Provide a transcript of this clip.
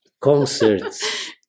concerts